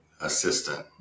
assistant